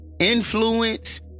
influence